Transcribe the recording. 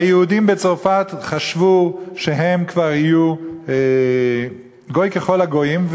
והיהודים בצרפת חשבו שהם כבר יהיו גוי ככל הגויים,